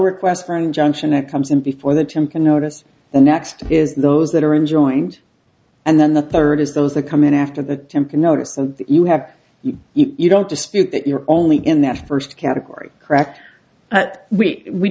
request for an injunction that comes in before the term can notice the next is those that are enjoined and then the third is those that come in after the temple notice that you have it you don't dispute that you're only in that first category correct but we we